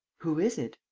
who is it?